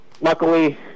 luckily